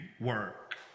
work